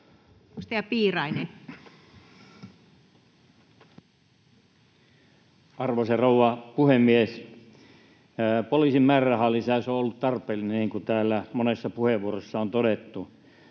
11:21 Content: Arvoisa rouva puhemies! Poliisin määrärahalisäys on ollut tarpeellinen, niin kuin täällä monessa puheenvuorossa on todettu.